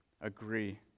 agree